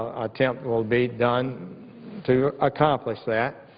attempt will be done to accomplish that,